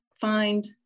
find